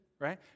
right